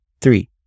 Three